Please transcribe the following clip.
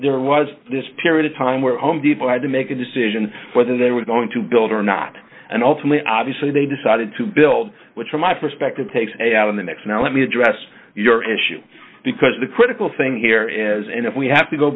there was this period of time where home depot had to make a decision whether they were going to build or not and ultimately obviously they decided to build which from my perspective take say out in the next now let me address your issue because the critical thing here is and if we have to go